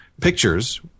pictures